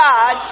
God